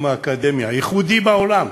בתחום האקדמיה, ייחודי בעולם.